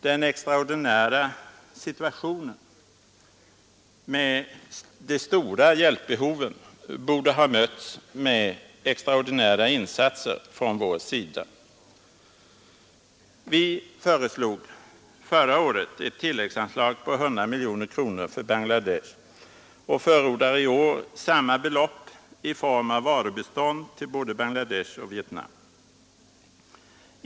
Den extraordinära situationen med de stora hjälpbehoven borde ha mötts med extraordinära insatser från svensk sida. Vi föreslog förra året ett tilläggsanslag på 100 miljoner kronor för Bangladesh och förordar i år samma belopp i form av varubistånd till både Bangladesh och Vietnam.